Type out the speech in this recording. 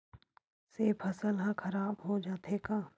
से फसल ह खराब हो जाथे का?